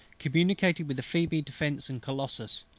communicated with phoebe, defence, and colossus,